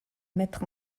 maîtres